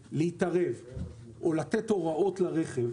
להתערב, או לתת הוראות לרכב,